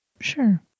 sure